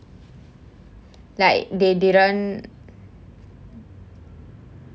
like they didn't